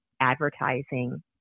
advertising